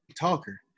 talker